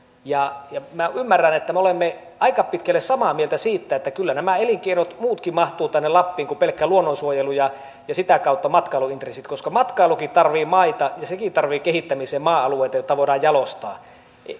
minä ymmärrän että me olemme aika pitkälle samaa mieltä siitä että kyllä nämä muutkin elinkeinot mahtuvat tänne lappiin kuin pelkkä luonnonsuojelu ja ja sitä kautta matkailuintressit koska matkailukin tarvitsee maita ja sekin tarvitsee kehittämiseen maa alueita joita voidaan jalostaa